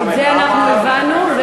את זה אנחנו הבנו.